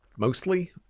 mostly